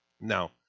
Now